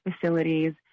facilities